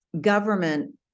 government